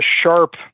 sharp